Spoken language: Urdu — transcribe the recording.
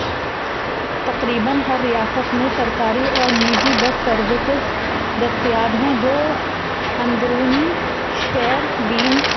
تقریباً ہر ریاست میں سرکاری اور نجی بس سروسز دستیاب ہیں جو اندرونی شہر بین